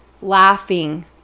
laughing